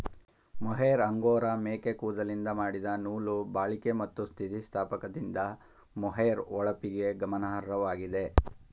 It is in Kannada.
ಮೊಹೇರ್ ಅಂಗೋರಾ ಮೇಕೆ ಕೂದಲಿಂದ ಮಾಡಿದ ನೂಲು ಬಾಳಿಕೆ ಮತ್ತು ಸ್ಥಿತಿಸ್ಥಾಪಕದಿಂದ ಮೊಹೇರ್ ಹೊಳಪಿಗೆ ಗಮನಾರ್ಹವಾಗಿದೆ